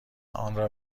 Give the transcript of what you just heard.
آنرا